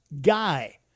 guy